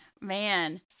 Man